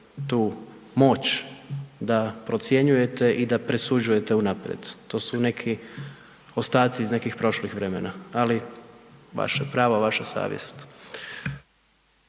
tu moć da procjenjujete i da presuđujete unaprijed. To su neki ostaci iz nekih prošlih vremena, ali vaše pravo, vaša savjest.